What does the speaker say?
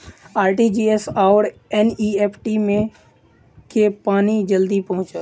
RTGS आओर NEFT मे केँ मे पानि जल्दी पहुँचत